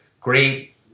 great